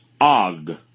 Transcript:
Og